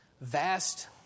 vast